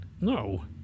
No